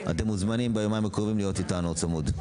אתם מוזמנים ביומיים הקרובים להיות אתנו צמוד.